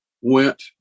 went